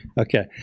Okay